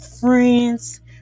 friends